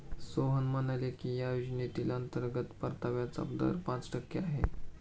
सोहन म्हणाले की या योजनेतील अंतर्गत परताव्याचा दर पाच टक्के आहे